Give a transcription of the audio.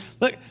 look